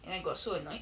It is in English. and I got so annoyed